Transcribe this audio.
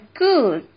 good